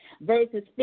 verses